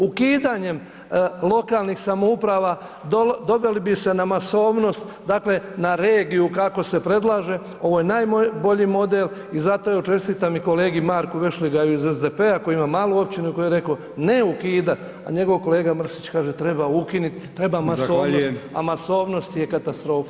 Ukidanjem lokalnih samouprava doveli bi se na masovnost, dakle na regiju kako se predlaže, ovo je najbolji model i zato evo čestitam i kolegi Marku Vešligaju iz SDP-a koji ima malu općinu i koji je rekao ne ukidat, a njegov kolega Mrsić kaže treba ukinut, treba masovnost [[Upadica: Zahvaljujem.]] a masovnost je katastrofa.